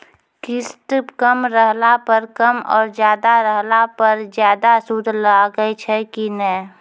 किस्त कम रहला पर कम और ज्यादा रहला पर ज्यादा सूद लागै छै कि नैय?